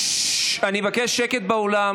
ששש, אני מבקש שקט באולם.